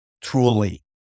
truly